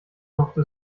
mochte